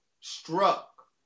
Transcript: Struck